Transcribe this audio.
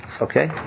okay